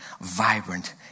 vibrant